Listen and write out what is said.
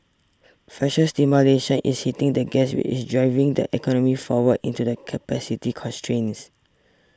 fiscal stimulation is hitting the gas which is driving the economy forward into the capacity constraints